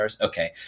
Okay